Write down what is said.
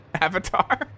avatar